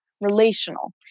Relational